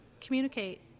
communicate